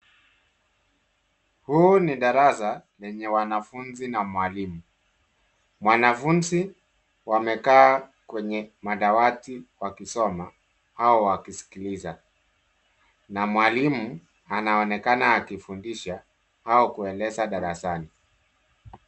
Huu ni darasa lenye wanafunzi na mwalimu. Wanafunzi wamekaa kwenye madawati wakisoma au wakisikiliza, na mwalimu anaonekana akifundisha au kueleza darasani.